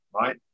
right